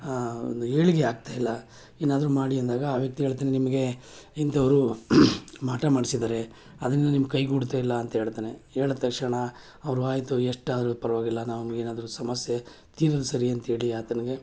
ಒಂದು ಏಳಿಗೆ ಆಗ್ತಾ ಇಲ್ಲ ಏನಾದ್ರೂ ಮಾಡಿ ಅಂದಾಗ ಆ ವ್ಯಕ್ತಿ ಹೇಳ್ತಾನೆ ನಿಮಗೆ ಇಂಥವ್ರು ಮಾಟ ಮಾಡಿಸಿದ್ದಾರೆ ಅದರಿಂದ ನಿಮ್ಮ ಕೈಗೂಡ್ತಾ ಇಲ್ಲ ಅಂತ ಹೇಳ್ತಲೇ ಹೇಳಿದ ತಕ್ಷಣ ಅವರು ಆಯಿತು ಎಷ್ಟಾದ್ರೂ ಪರವಾಗಿಲ್ಲ ನಮ್ಗೆ ಏನಾದ್ರೂ ಸಮಸ್ಯೆ ತೀರಿದರೆ ಸರಿ ಅಂಥೇಳಿ ಆತನಿಗೆ